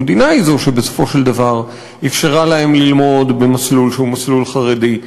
המדינה היא זו שבסופו של דבר אפשרה להם ללמוד במסלול שהוא מסלול חרדי,